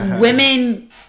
women